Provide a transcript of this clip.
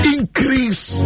Increase